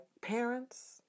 parents